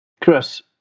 Chris